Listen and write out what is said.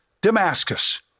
Damascus